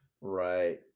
right